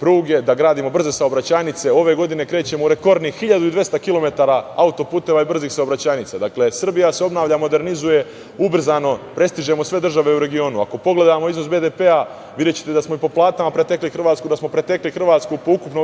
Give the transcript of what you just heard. pruge, da gradimo brze saobraćajnice. Ove godine krećemo u rekordnih 1.200 km auto-puteva i brzih saobraćajnica. Srbija se obnavlja, modernizuje ubrzano, prestižemo sve države u regionu. Ako pogledamo iznos BDP-a, videćete da smo i po platama pretekli Hrvatsku i da smo je pretekli po ukupnom rastu